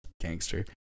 gangster